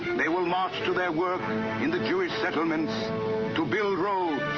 they will march to their work in the jewish settlements to build roads.